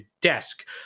desk